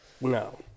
no